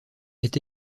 est